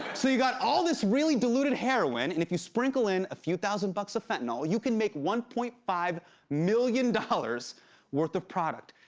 so you got all this really diluted heroin, and if you sprinkle in a few thousand bucks of fentanyl, you can make one point five million dollars worth of product.